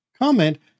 Comment